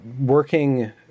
working